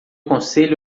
conselho